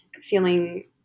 feeling